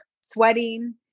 sweating